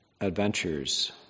adventures